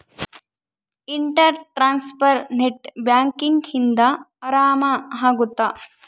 inter transfer net banking ಇಂದ ಆರಾಮ ಅಗುತ್ತ